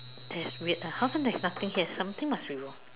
that's weird ah how come there's nothing here something must be wrong